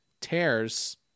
tears